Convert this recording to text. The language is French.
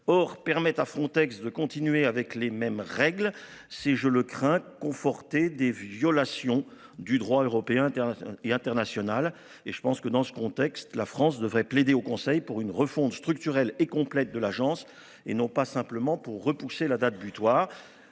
or permettent à Frontex de continuer avec les mêmes règles. C'est, je le crains conforter des violations du droit européen et international et je pense que dans ce contexte, la France devrait plaider au Conseil pour une refonte structurelle et complète de l'agence et non pas simplement pour repousser la date butoir.